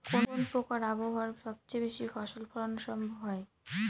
কোন প্রকার আবহাওয়ায় সবচেয়ে বেশি ফসল ফলানো সম্ভব হয়?